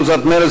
קבוצת סיעת מרצ,